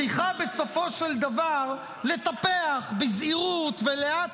צריכה בסופו של דבר לטפח בזהירות ולאט